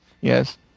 Yes